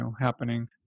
happening